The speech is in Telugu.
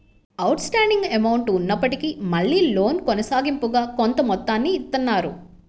అవుట్ స్టాండింగ్ అమౌంట్ ఉన్నప్పటికీ మళ్ళీ లోను కొనసాగింపుగా కొంత మొత్తాన్ని ఇత్తన్నారు